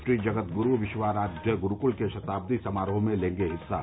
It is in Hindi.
श्रीजगदग्रू विश्वाराध्य ग्रूक्ल के शताब्दी समारोह में लेंगे हिस्सा